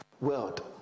world